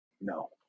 No